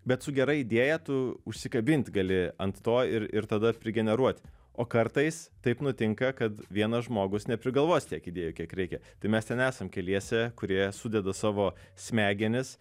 bet su gera idėja tu užsikabint gali ant to ir ir tada prigeneruot o kartais taip nutinka kad vienas žmogus neprigalvos tiek idėjų kiek reikia tai mes ten esam keliese kurie sudeda savo smegenis